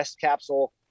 capsule